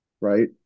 Right